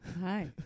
Hi